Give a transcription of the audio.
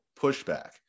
pushback